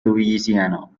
louisiana